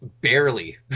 barely